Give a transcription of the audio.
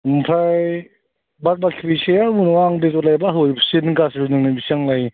ओमफ्राय बाद बाखि फैसाया जेबो नङा आं बेदर लायब्ला हरजोबसिगोन नोंनो बेसेबां लायो